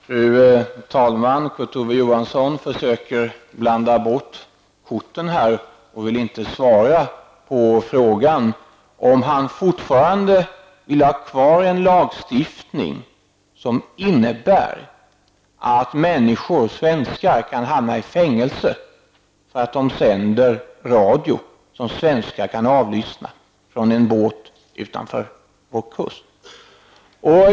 Fru talman! Kurt Ove Johansson försöker blanda bort korten och vill inte svara på frågan om han fortfarande vill ha kvar en lagstiftning som innebär att svenskar kan hamna i fängelse för att de från en båt utanför Sveriges kust sänder radio som svenskar kan avlyssna.